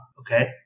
okay